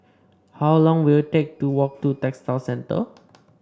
how long will it take to walk to Textile Centre